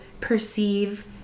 perceive